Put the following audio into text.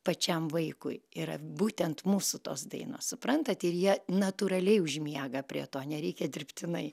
pačiam vaikui yra būtent mūsų tos dainos suprantat ir jie natūraliai užmiega prie to nereikia dirbtinai